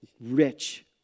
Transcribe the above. rich